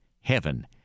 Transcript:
Heaven